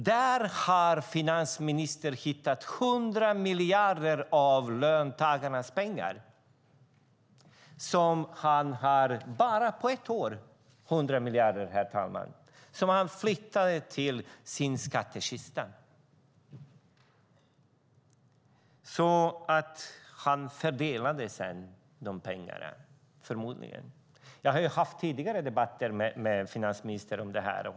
Där har finansministern hittat 100 miljarder av löntagarnas pengar som han på bara ett år har flyttat till sin skattkista. Sedan fördelade han förmodligen dessa pengar. Jag har tidigare haft debatter med finansministern om detta.